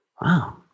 wow